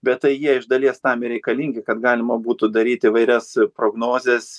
bet tai jie iš dalies tam ir reikalingi kad galima būtų daryti įvairias prognozes